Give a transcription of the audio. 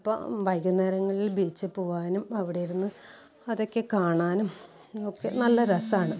അപ്പോൾ വൈകുന്നേരങ്ങളിൽ ബീച്ചിൽ പോകാനും അവിടെ ഇരുന്ന് അതൊക്കെ കാണാനും ഒക്കെ നല്ല രസമാണ്